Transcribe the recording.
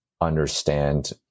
understand